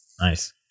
nice